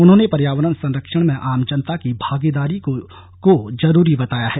उन्होंने पर्यावरण संरक्षण में आम जनता की भागीदारी को जरूरी बताया है